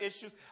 issues